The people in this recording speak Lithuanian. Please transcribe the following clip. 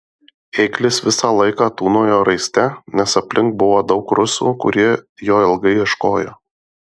ėglis visą laiką tūnojo raiste nes aplink buvo daug rusų kurie jo ilgai ieškojo